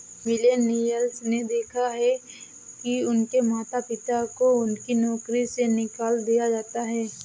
millennials ने देखा है कि उनके माता पिता को उनकी नौकरी से निकाल दिया जाता है